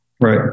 Right